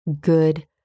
good